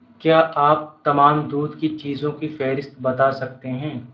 کیا آپ تمام دودھ کی چیزوں کی فہرست بتا سکتے ہیں